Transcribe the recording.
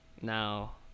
Now